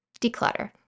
declutter